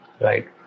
right